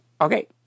okay